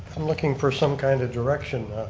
i'm looking for some kind of direction,